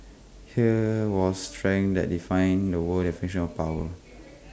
here was strength that define the world's definition of power